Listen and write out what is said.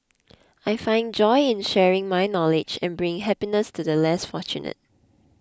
I found joy in sharing my knowledge and bringing happiness to the less fortunate